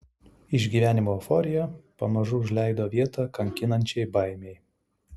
išgyvenimo euforija pamažu užleido vietą kankinančiai baimei